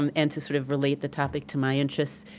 um and to sort of relate the topic to my interests.